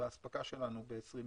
באספקה שלנו ב-2020.